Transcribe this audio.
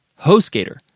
HostGator